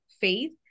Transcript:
faith